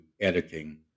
editing